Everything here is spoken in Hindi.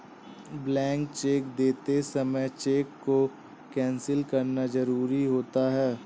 ब्लैंक चेक देते समय चेक को कैंसिल करना जरुरी होता है